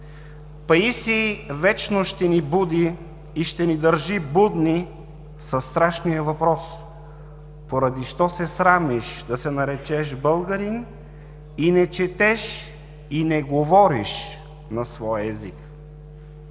Паисий вечно ще ни буди и ще ни държи будни със страшния въпрос: „Поради что се срамиш да се наречеш българин и не четеш и не говориш на своя език?“